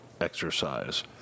exercise